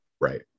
right